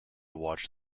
watch